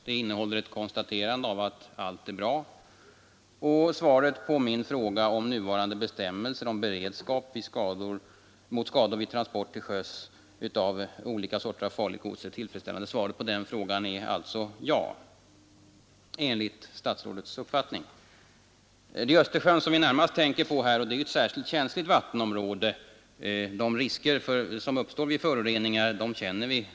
Det konstaterar att allt är bra, och svaret på min fråga, om nuvarande bestämmelser om beredskap mot skador vid transport till sjöss av olika sorter av farligt gods är tillfredsställande, är alltså ja enligt statsrådets uppfattning. Det är Östersjön som vi närmast tänker på här, och det är ju ett särskilt känsligt vattenområde. De risker som uppstår vid föroreningar känner vi till.